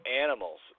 animals